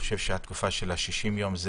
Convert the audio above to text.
התקופה של ה-60 יום היא